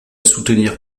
soutenir